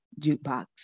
jukebox